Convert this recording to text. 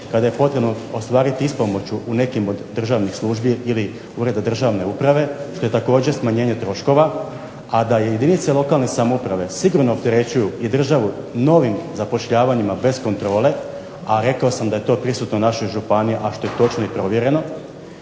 kada je potrebno ostvariti ispomoć u nekim od državnih službi ili ureda državne uprave što je također smanjenje troškova, a da jedinice lokalne samouprave sigurno opterećuju i državu novim zapošljavanjima bez kontrole, a rekao sam da je to prisutno u našoj županiji što je točno i provjereno.